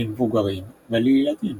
למבוגרים ולילדים,